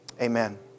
Amen